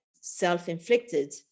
self-inflicted